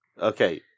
Okay